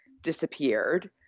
disappeared